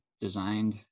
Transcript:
designed